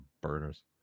burners